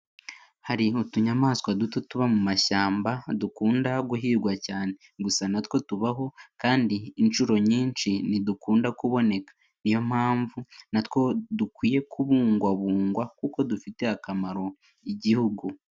Hari utunyamaswa duto tuba mu mashyamba dukunda guhigwa cyane, gusa na two tubaho kandi inshuro nyinshi ntidukunda kuboneka, niyo mpamvu natwo dukwiye kubungwabungwa kuko dufitiye akamaro igihugu.